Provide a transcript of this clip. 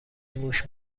موش